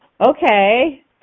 okay